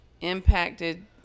impacted